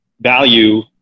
value